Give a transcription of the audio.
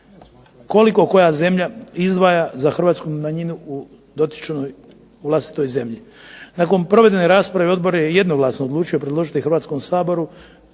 koliko koja zemlja izdvaja za hrvatsku manjinu u dotičnoj vlastitoj zemlji. Nakon provedene rasprave odbor je jednoglasno odlučio predložiti Hrvatskom saboru